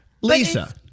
Lisa